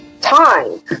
time